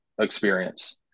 experience